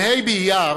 בה' באייר